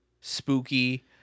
spooky